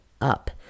up